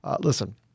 Listen